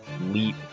leap